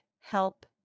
help